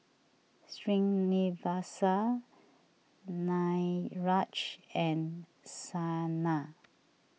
Srinivasa Niraj and Saina